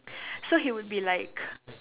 so he would be like